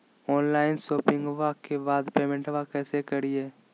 Online शोपिंग्बा के बाद पेमेंटबा कैसे करीय?